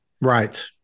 Right